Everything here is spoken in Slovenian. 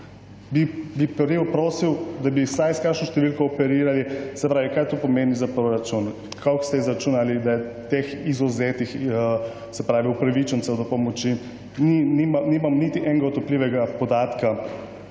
Bi prijel, prosil, da bi vsaj s kakšno številko operirali, se pravi kaj to pomeni za proračun. Koliko ste izračunali, da je teh izvzeti, se pravi upravičencev do pomoči? Nimam niti enega otipljivega podatka,